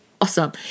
awesome